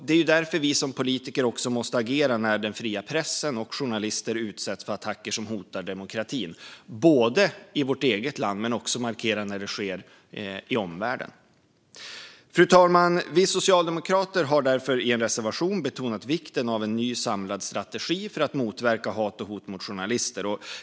Det är därför vi som politiker måste agera när fri press och journalister utsätts för attacker som hotar demokratin, och det gäller både i vårt eget land och i omvärlden. Fru talman! Vi socialdemokrater har därför i en reservation betonat vikten av en ny, samlad strategi för att motverka hat och hot mot journalister.